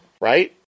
right